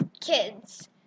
kids